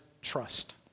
trust